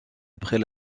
après